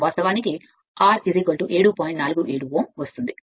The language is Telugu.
లభిస్తుంది